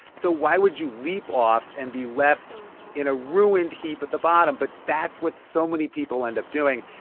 so why would you leap off and be left in a ruined heap at the bottom? but that's what so many people end up doing.